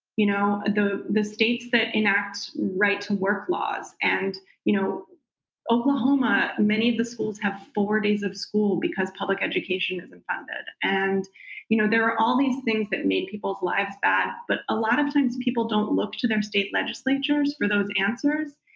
you know the the states that enact right to work laws, and you know in oklahoma, many of the schools have four days of school because public education isn't funded. and you know there are all these things that made people's lives bad, but a lot of times people don't look to their state legislatures for those answers.